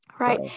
Right